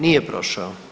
Nije prošao.